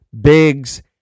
Biggs